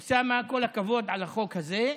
אוסאמה, כל הכבוד על החוק הזה,